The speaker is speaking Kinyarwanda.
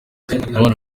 abana